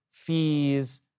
fees